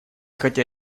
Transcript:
хотя